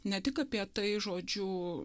ne tik apie tai žodžiu